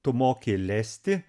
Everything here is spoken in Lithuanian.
tu moki lesti